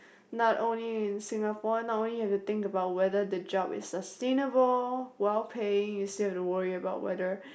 not only in Singapore no only you have to think about whether the job is sustainable well paying you still have to worry about whether